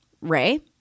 Ray